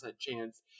chance